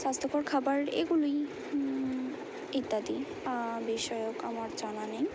স্বাস্থ্যকর খাবার এগুলোই ইত্যাদি বিষয়ক আমার জানা নেই